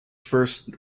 first